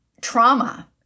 trauma